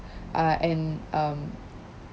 uh and um